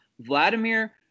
Vladimir